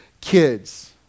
kids